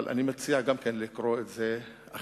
אבל אני גם מציע לקרוא את זה אחרת,